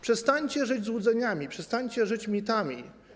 Przestańcie żyć złudzeniami, przestańcie żyć mitami.